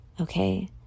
Okay